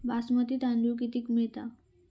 बासमती तांदूळ कितीक मिळता?